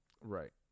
Right